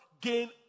gain